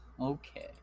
Okay